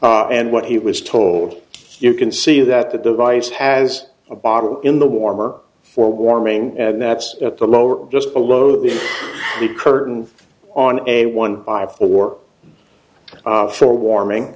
y and what he was told you can see that the device has a bottle in the warmer for warming and that's at the lower just below the curtain on a one five or so warming